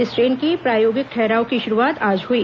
इस ट्रेन के प्रायोगिक ठहराव की शुरूवात आज हुई